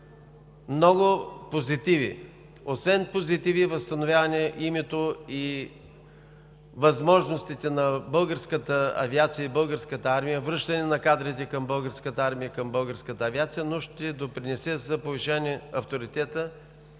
много позитиви. Освен позитиви – възстановяване името и възможностите на българската авиация и Българската армия, връщане на кадрите към Българската армия и българската авиация, но ще допринесе и за повишаване авторитета